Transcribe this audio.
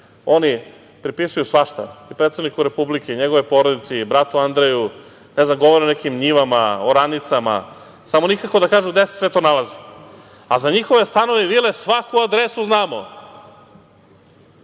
oni prepisuju svašta i predsedniku republike i njegovoj porodici i bratu Andreju, govore o nekim njivama, oranicama, samo nikako da kažu gde se sve to nalazi, a za njihove stanove i vile svaku adresu znamo.